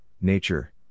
Nature